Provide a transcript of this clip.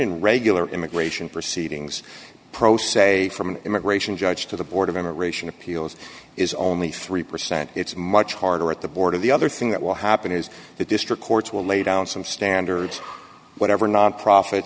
in regular immigration proceedings pro se from an immigration judge to the board of immigration appeals is only three percent it's much harder at the border the other thing that will happen is that district courts will lay down some standards whatever nonprofit